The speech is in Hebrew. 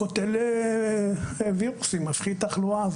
קוטל וירוסים, מפחית תחלואה.